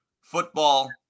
football